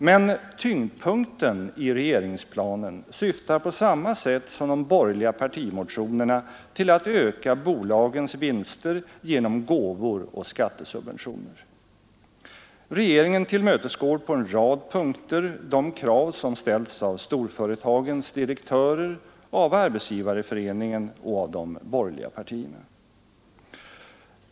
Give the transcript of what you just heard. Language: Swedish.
Men tyngdpunkten i regeringsplanen syftar på samma sätt som de borgerliga partimotionerna till att öka bolagens vinster genom gåvor och skattesubventioner. Regeringen tillmötesgår på en rad punkter de krav som ställts av storföretagens direktörer, av Svenska arbetsgivareföreningen och de borgerliga partierna.